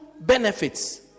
benefits